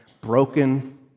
broken